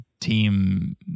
team